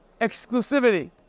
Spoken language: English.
exclusivity